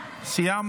נבקש.